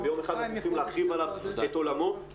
ביום אחד יכולים להחריב עליו את עולמו.